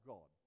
God